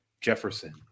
jefferson